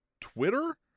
Twitter